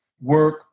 work